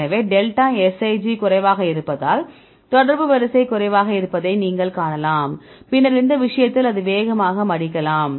எனவே delta Sij குறைவாக இருப்பதால் தொடர்பு வரிசை குறைவாக இருப்பதை நீங்கள் காணலாம் பின்னர் இந்த விஷயத்தில் அது வேகமாக மடிக்கலாம்